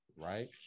right